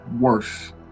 worse